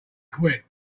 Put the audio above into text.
quit